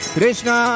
Krishna